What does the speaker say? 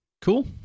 Cool